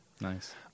Nice